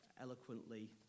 eloquently